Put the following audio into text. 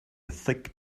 thick